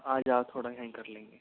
आ जाओ थोड़ा यहीं कर लेंगे